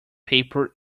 paper